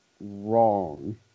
wrong